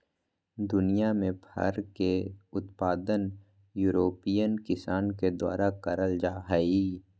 दुनियां में फर के उत्पादन यूरोपियन किसान के द्वारा करल जा हई